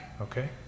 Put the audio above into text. okay